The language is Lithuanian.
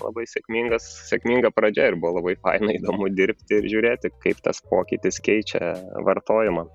labai sėkmingas sėkminga pradžia ir labai faina įdomu dirbti ir žiūrėti kaip tas pokytis keičia vartojimą